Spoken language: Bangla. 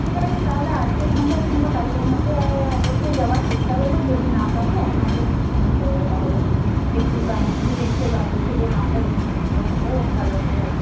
ঠিক আছে তাহলে আজকে সন্ধ্যায় কিংবা কালকের মধ্যে অবশ্যই যাওয়ার চেষ্টা করব যদি না পারি আপনাকে ফোন করব তাহলে একটু কাইন্ডি এসে বাড়ির থেকে মাপটা নিয়ে যেয়ে করে দিলেও ভালো হয় আর কি